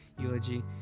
eulogy